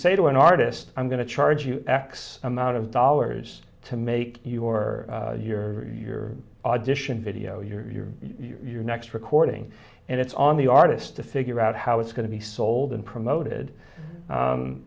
say to an artist i'm going to charge you x amount of dollars to make your your your audition video your your your next recording and it's on the artist to figure out how it's going to be sold and promoted